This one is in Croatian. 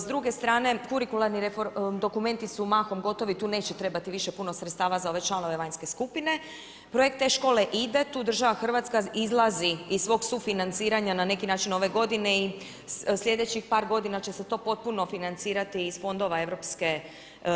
S druge strane kurikularni dokumenti su mahom gotovi, tu neće trebati više puno sredstava za ove članove vanjske skupine, projekt te škole ide, tu država Hrvatska izlazi iz svog sufinanciranja na neki način ove godine i sljedećih par godina će se to potpuno financirati iz fondova EU.